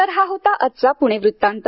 तर हा होता आजचा पुणे वृत्तांत